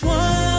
one